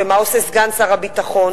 ומה עושה סגן שר הביטחון?